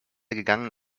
gegangen